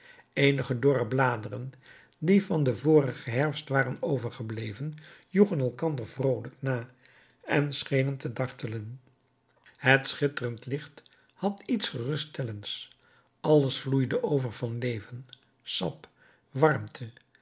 eenige dorre bladeren die van den vorigen herfst waren overgebleven joegen elkander vroolijk na en schenen te dartelen het schitterend licht had iets geruststellends alles vloeide over van leven sap warmte